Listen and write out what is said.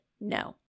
no